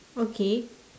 okay